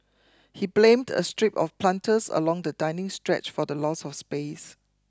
he blamed a strip of planters along the dining stretch for the loss of space